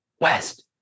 West